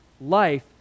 life